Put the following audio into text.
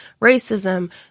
racism